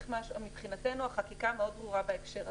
מבחינתנו החקיקה מאוד ברורה בהקשר הזה,